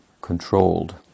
controlled